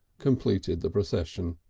completed the procession.